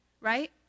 right